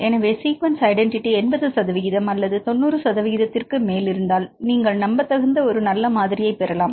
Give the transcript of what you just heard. எனவே sequence identity 80 சதவிகிதம் அல்லது 90 சதவிகிதத்திற்கு மேல் இருந்தால் நீங்கள் நம்பத்தகுந்த ஒரு நல்ல மாதிரியைப் பெறலாம்